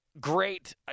great –